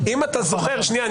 שנייה,